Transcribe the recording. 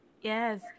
Yes